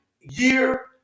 year